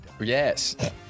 Yes